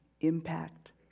impact